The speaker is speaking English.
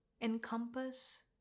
encompass